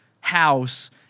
house